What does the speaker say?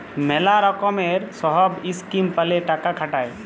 ম্যালা লকমের সহব ইসকিম প্যালে টাকা খাটায়